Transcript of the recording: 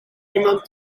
iemand